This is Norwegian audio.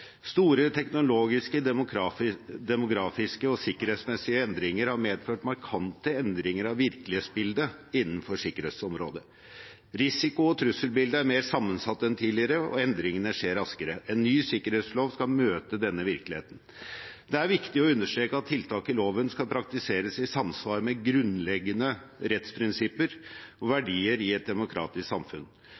Store teknologiske, demografiske og sikkerhetsmessige endringer har medført markante endringer av virkelighetsbildet innenfor sikkerhetsområdet. Risiko- og trusselbildet er mer sammensatt enn tidligere, og endringene skjer raskere. En ny sikkerhetslov skal møte denne virkeligheten. Det er viktig å understreke at tiltak i loven skal praktiseres i samsvar med grunnleggende rettsprinsipper og verdier i et demokratisk samfunn.